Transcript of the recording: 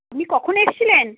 আপনি কখন এসেছিলেন